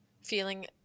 Feeling